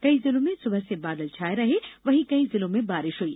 कई जिलों में सुबह से बादल छाए रहे वहीं कई जिलों में बारिश हुई